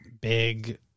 big